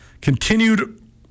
continued